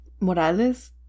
Morales